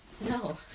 No